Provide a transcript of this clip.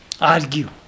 argue